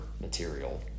material